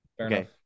Okay